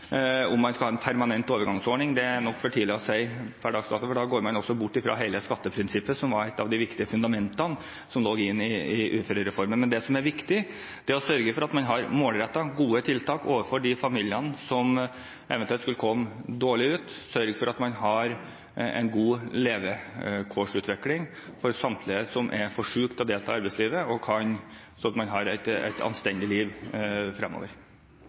Om man skal ha en permanent overgangsordning, er nok for tidlig å si per dags dato, for da går man også bort fra hele skatteprinsippet, som var et av de viktige fundamentene som lå i uførereformen. Men det som er viktig, er å sørge for at man har målrettede, gode tiltak overfor de familiene som eventuelt skulle komme dårlig ut, og å sørge for at det er en god levekårsutvikling for samtlige som er for syke til å delta i arbeidslivet, sånn at man kan ha et anstendig liv fremover.